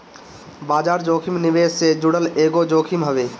बाजार जोखिम निवेश से जुड़ल एगो जोखिम हवे